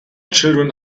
children